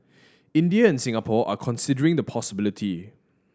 India and Singapore are considering the possibility